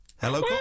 Hello